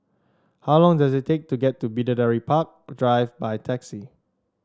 how long does it take to get to Bidadari Park Drive by taxi